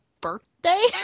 birthday